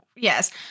Yes